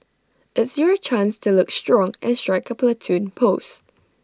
it's your chance to look strong and strike A Platoon pose